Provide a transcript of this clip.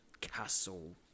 Castle